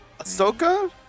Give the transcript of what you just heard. Ahsoka